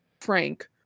frank